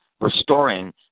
restoring